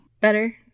Better